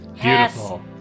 Beautiful